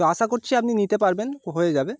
তো আশা করছি আপনি নিতে পারবেন হয়ে যাবে